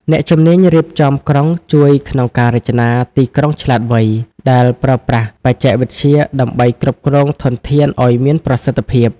អ្នកជំនាញរៀបចំក្រុងជួយក្នុងការរចនា "ទីក្រុងឆ្លាតវៃ"ដែលប្រើប្រាស់បច្ចេកវិទ្យាដើម្បីគ្រប់គ្រងធនធានឱ្យមានប្រសិទ្ធភាព។